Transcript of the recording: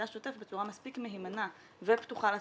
השוטף בצורה מספיק מהימנה ופתוחה לציבור,